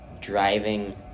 driving